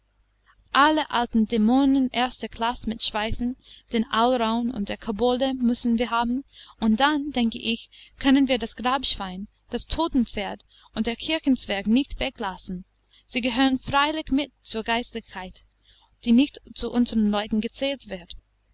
alle alten dämonen erster klasse mit schweifen den alraun und die kobolde müssen wir haben und dann denke ich können wir das grabschwein das totenpferd und den kirchenzwerg nicht weglassen sie gehören freilich mit zur geistlichkeit die nicht zu unsern leuten gezählt wird